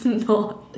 no